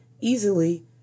easily